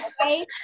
okay